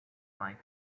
life